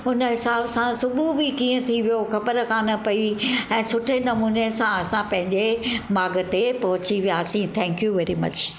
हुन हिसाब सां सुबुह बि कीअं थी वियो ख़बर कोन्ह पई ऐं सुठे नमूने सां असां पंहिंजे माग ते पहुची वियासीं थैंकयू वेरीमच